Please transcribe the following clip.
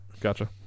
Gotcha